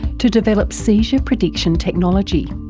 to develop seizure prediction technology.